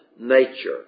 nature